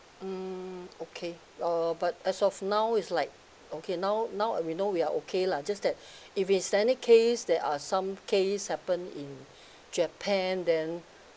hmm okay uh as of now is like okay now now we know we are okay lah just that if it's any case there are some case happen in japan then